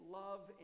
love